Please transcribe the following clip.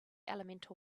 elemental